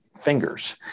fingers